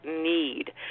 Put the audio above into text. need